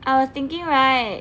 I was thinking right